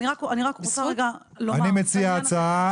אני מציע הצעה.